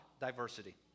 diversity